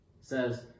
says